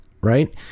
right